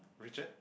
Richard